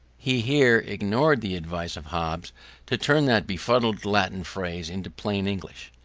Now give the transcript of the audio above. he here ignored the advice of hobbes to turn that befuddling latin phrase into plain english.